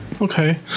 Okay